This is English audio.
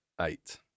eight